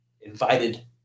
invited